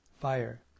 fire